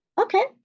Okay